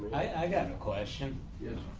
i got a question. yes,